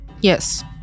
Yes